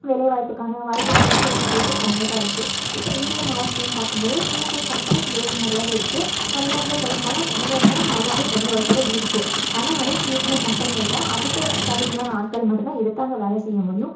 வேலைவாய்ப்புக்கான வாய்ப்புகள் வந்து இளைஞர்களுக்கு கம்மியாகதான் இருக்குது இப்போ ஈரோடு மாவட்டத்துலேன்னு பார்க்கும்போது சின்ன சின்ன கம்பனிஸ் ஈரோட்டில் நிறையாவே இருக்குது தமிழ்நாட்டில் சொல்ல போனால் ஈரோட்டில் நல்லாவே வேலைவாய்ப்புகள் இருக்குது ஆனால் அது சின்ன சின்ன கம்பெனிகள் தான் அதுக்கு தகுதியான ஆட்கள் மட்டும்தான் எடுத்து அங்கே வேலை செய்யமுடியும்